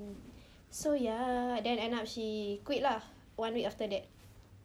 so ya then end up she quit lah one week after that